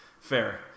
Fair